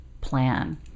plan